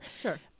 Sure